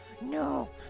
no